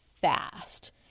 fast